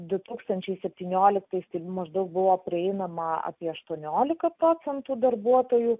du tūkstančiai septynioliktais taip maždaug buvo prieinama apie aštuoniolika procentų darbuotojų